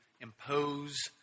impose